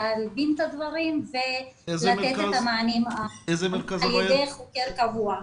ללבן את הדברים ולתת את המענים על ידי חוקר קבוע.